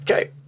okay